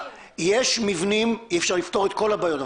אי אפשר לפתור את כל הבעיות.